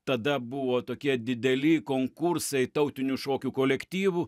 tada buvo tokie dideli konkursai tautinių šokių kolektyvų